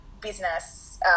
business